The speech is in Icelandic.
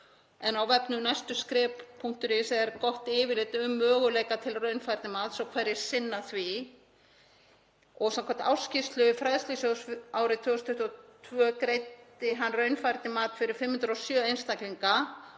Á vefnum næstaskref.is er gott yfirlit um möguleika til raunfærnimats og hverjir sinna því. Samkvæmt ársskýrslu fræðslusjóðs árið 2022 greiddi hann raunfærnimat fyrir 507 einstaklinga